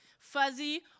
fuzzy